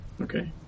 Okay